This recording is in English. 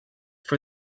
for